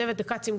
צוות הכ"צים,